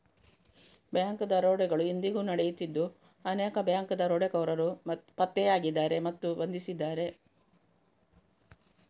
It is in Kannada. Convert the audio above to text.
ಬ್ಯಾಂಕ್ ದರೋಡೆಗಳು ಇಂದಿಗೂ ನಡೆಯುತ್ತಿದ್ದು ಅನೇಕ ಬ್ಯಾಂಕ್ ದರೋಡೆಕೋರರು ಪತ್ತೆಯಾಗಿದ್ದಾರೆ ಮತ್ತು ಬಂಧಿಸಿದ್ದಾರೆ